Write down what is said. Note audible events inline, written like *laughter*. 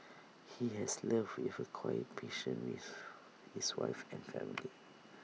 he has loved with A quiet passion riff his wife and family *noise*